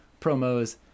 promos